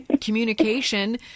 communication